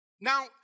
Now